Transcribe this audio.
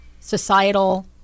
societal